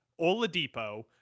Oladipo